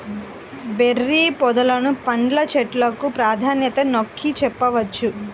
berry పొదలను పండ్ల చెట్లకు ప్రాధాన్యతగా నొక్కి చెప్పవచ్చు